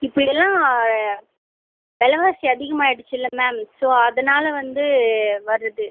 இப்பபோ எல்லாம் வெலைவாசி அதிகமாகிடுச்சுல்ல மேம் ஸோ அதனால் வந்து வருது